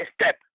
step